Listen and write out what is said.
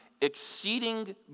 exceeding